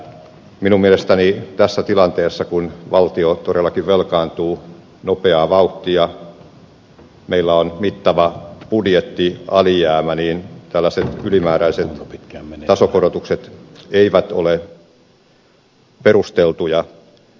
minun mielestäni tässä tilanteessa kun valtio todellakin velkaantuu nopeaa vauhtia meillä on mittava budjettialijäämä tällaiset ylimääräiset tasokorotukset eivät ole perusteltuja